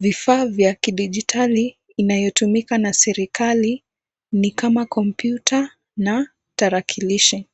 Vifaa vya kidijitali inayotumika na serikali ni kama kompyuta na tarakilishi.